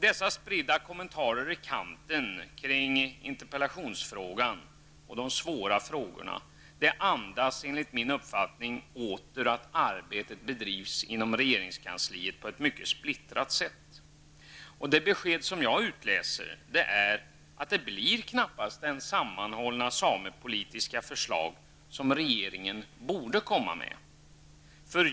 Dessa spridda kommentarer i kanten kring interpellationsfrågan och de svåra frågorna andas enligt min uppfattning att arbetet inom regeringskansliet åter bedrivs på ett mycket splittrat sätt. Det besked jag utläser är att det knappast blir det sammanhållna samepolitiska förslag som regeringen borde komma med.